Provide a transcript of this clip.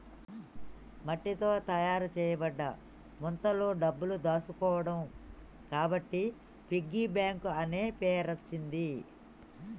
మట్టితో తయారు చేయబడ్డ ముంతలో డబ్బులు దాచుకోవడం కాబట్టి పిగ్గీ బ్యాంక్ అనే పేరచ్చింది